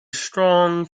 strong